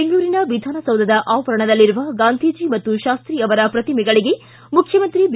ಬೆಂಗಳೂರಿನ ವಿಧಾನಸೌಧದ ಆವರಣದಲ್ಲಿರುವ ಗಾಂಧಿಜೀ ಮತ್ತು ಶಾಸ್ತಿ ಅವರ ಪ್ರತಿಮೆಗಳಿಗೆ ಮುಖ್ಯಮಂತ್ರಿ ಬಿ